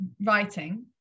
Writing